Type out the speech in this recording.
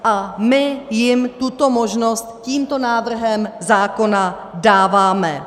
A my jim tuto možnost tímto návrhem zákona dáváme.